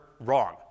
wrong